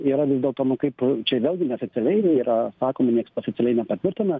yra vis dėlto nu kaip čia vėlgi neoficialiai yra sakoma nieks oficialiai nepatvirtina